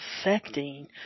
affecting